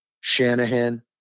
Shanahan